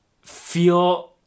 feel